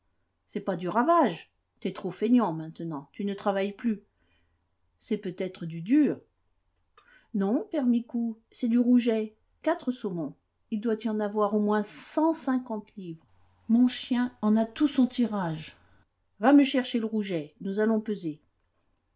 c'est pas du ravage t'es trop feignant maintenant tu ne travailles plus c'est peut-être du dur non père micou c'est du rouget quatre saumons il doit y en avoir au moins cent cinquante livres mon chien en a tout son tirage va me chercher le rouget nous allons peser